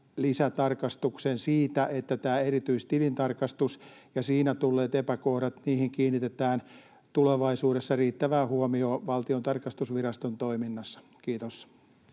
lisätarkastuksen siitä, että tähän erityistilintarkastukseen ja siinä tulleisiin epäkohtiin kiinnitetään tulevaisuudessa riittävää huomiota Valtion tarkastusviraston toiminnassa. — Kiitos.